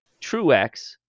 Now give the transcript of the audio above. Truex